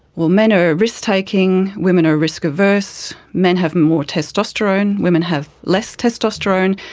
well, men are risk taking, women are risk averse. men have more testosterone, women have less testosterone.